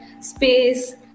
space